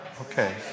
Okay